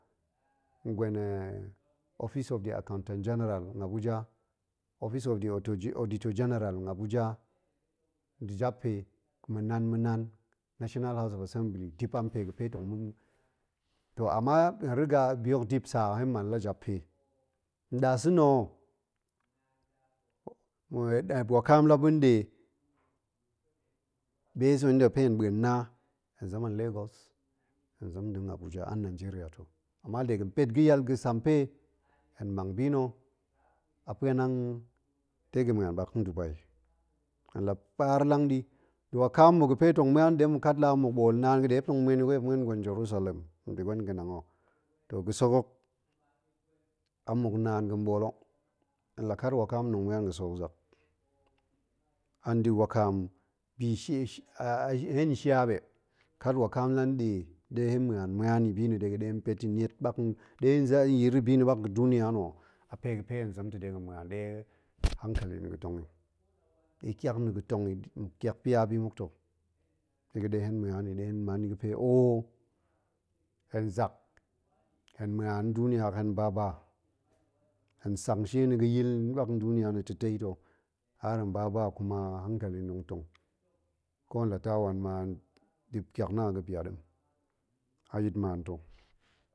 Gwen office of the accountant general n abuja. office of the auditor general n abuja, nda̱ jap pe ma̱ nan- ma̱ nan, national house of assembly, dip a npe ga̱ fe tong ma̱ bi hok dip sa hen man la jiap pe. nɗasa̱na̱ ho, wakam la ba̱n ɗe, based on in da̱ ga̱fe hen ma̱en na. hen zem a lagos. hen zem nda̱ abuja, n nigeria to, ama de ga̱n pet ga̱ yal ga̱sampe, hen mang bina̱ a pa̱anang de ga̱n ma̱an a pa̱anang ndubai. hen la paar lang ɗi, wakam na̱ ga̱fe tong ma̱an ɗem la ma̱ ɓool naan ga̱ ɗe muop tong ma̱en i wai muop ma̱en gwen jerusalem nda̱ gwen ga̱nang o. toh ga̱sek hok amuk naan ga̱n ɓool o, hen la kat wakam tong ma̱an ga̱sek hok zak. an da̱ wakam bi shie, hen shia ɓe, kat wakam la nɗe, ɗe hen ma̱an-ma̱an i bi na̱ de ga̱ ɗe hen pet i niet ɓak ɗe hen zak yir i ɓak ga̱ duniya na̱, ape gafe hen zen ta̱ de ga̱n ma̱an ɗe hankali na̱ ga̱ tong i, ɗe kiak na̱ ga̱ tong i, kiak pia bi muk ta̱, ɗe ga̱ ɗe hen ma̱an i ɗe hen man i ga̱ pe o hen zak hen ma̱an nduniya hok hen ba-ba, hen sang shie na̱ ga̱yil ɓak nduniya na̱ ta̱tei ta̱ har hen ba-ba kuma hankali na̱ tong-tong, ko hen la ta wan ma, dip ƙiak na̱ a ga̱ pia ɗem, ayit nmaan ta̱